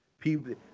people